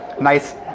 Nice